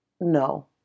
no